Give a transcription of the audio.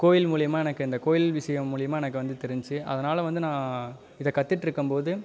கோயில் மூலயமா எனக்கு அந்த கோயில் விஷயம் மூலயமா எனக்கு வந்து தெரிஞ்சிச்சு அதனால் வந்து நான் இதை கத்துகிட்ருக்கும்போது